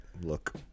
look